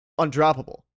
undroppable